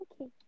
okay